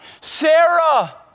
Sarah